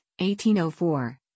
1804